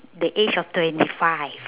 the age of twenty five